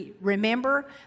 Remember